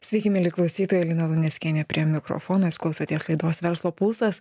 sveiki mieli klausytojai lina luneckienė prie mikrofono jūs klausotės laidos verslo pulsas